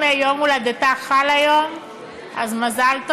עשר דקות